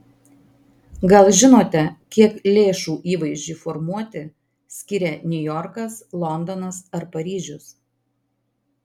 gal žinote kiek lėšų įvaizdžiui formuoti skiria niujorkas londonas ar paryžius